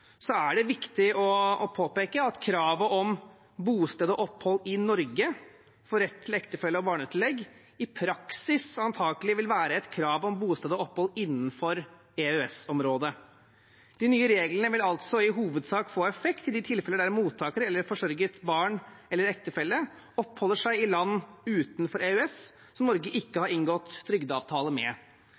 er det viktig å påpeke at kravet om bosted og opphold i Norge for rett til ektefelle- og barnetillegg i praksis antakelig vil være et krav om bosted og opphold innenfor EØS-området. De nye reglene vil altså i hovedsak få effekt i de tilfeller der mottakere eller forsørget barn eller ektefelle oppholder seg i land utenfor EØS, som Norge ikke har inngått trygdeavtale med.